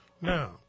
Now